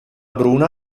bruna